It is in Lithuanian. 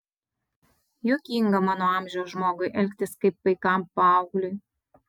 juokinga mano amžiaus žmogui elgtis kaip paikam paaugliui